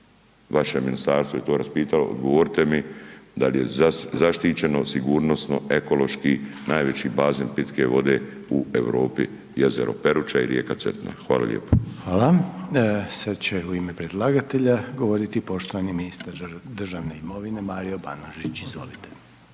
vaše ministarstvo je to raspisalo, odgovorite mi dal je zaštićeno sigurnosno ekološki najveći bazen pitke vode u Europi, jezero Peruča i rijeka Cetina, hvala lijepo. **Reiner, Željko (HDZ)** Hvala. Sad će u ime predlagatelja govoriti poštovani ministar državne imovine Mario Banožić, izvolite.